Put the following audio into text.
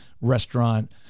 restaurant